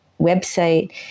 website